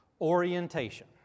Orientation